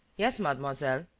yes, mademoiselle,